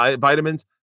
vitamins